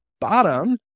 bottom